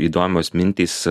įdomios mintys